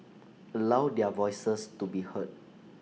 allow their voices to be heard